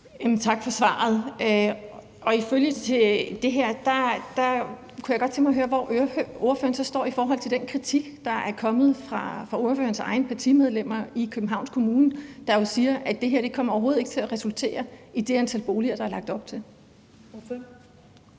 Tak for svaret. I forlængelse af det kunne jeg godt tænke mig at høre, hvor ordføreren står i forhold til den kritik, der er kommet fra medlemmer af ordførerens eget parti i Københavns Kommune, der jo siger, at det her overhovedet ikke kommer til at resultere i det antal boliger, der er lagt op til.